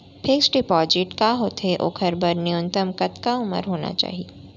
Fix deposit का होथे ओखर बर न्यूनतम कतका उमर होना चाहि?